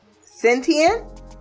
sentient